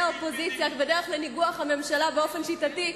האופוזיציה כדרך לניגוח הממשלה באופן שיטתי,